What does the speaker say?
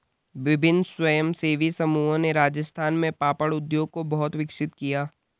विभिन्न स्वयंसेवी समूहों ने राजस्थान में पापड़ उद्योग को बहुत विकसित किया